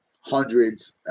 hundreds